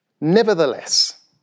Nevertheless